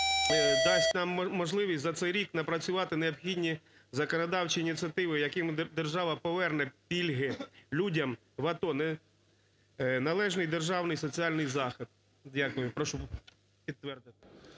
дасть нам можливість за цей рік напрацювати необхідні законодавчі ініціативи, якими держава поверне пільги людям в АТО, належний державний соціальний захист. Дякую. Прошу підтвердити.